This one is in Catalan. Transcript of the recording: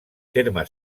terme